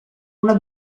una